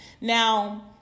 Now